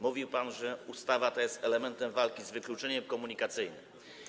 Mówił pan, że ustawa ta jest elementem walki z wykluczeniem komunikacyjnym.